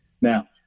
Now